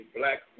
black